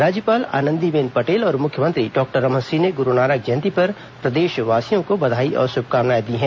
राज्यपाल आनंदीबेन पटेल और मुख्यमंत्री डॉक्टर रमन सिंह ने गुरूनानक जयंती पर प्रदेशवासियों को बधाई और श्भकामनाएं दी हैं